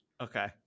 Okay